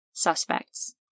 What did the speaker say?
Suspects